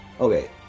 okay